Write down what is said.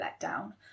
letdown